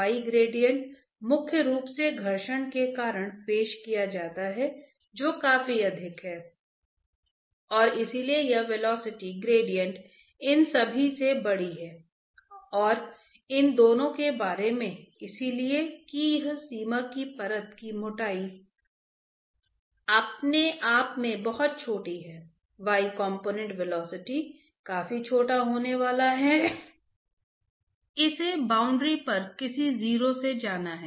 मान लीजिए कि द्रव इस दिशा में आगे बढ़ रहा है इसलिए यदि मैं इस दिशा को सकारात्मक लेता हूं तो कन्वेक्शन द्रव को x के बराबर 0 से x के बराबर L के बराबर ले जा रहा है